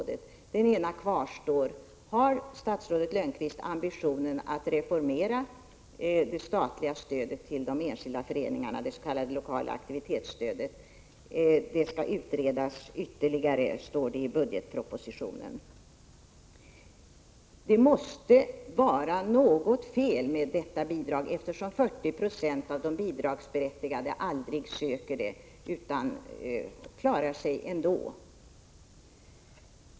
Den ena kvarstår: Har statsrådet Lönnqvist ambitionen att reformera det statliga stödet till de enskilda föreningarna, det man kallar det lokala aktivitetsstödet? Det står i budgetpropositionen att det stödet skall utredas. Det måste vara något fel på detta bidrag, eftersom 40 96 av de bidragsberättigade aldrig söker det, utan klarar sig ändå.